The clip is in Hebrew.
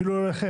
אפילו לא אליכם,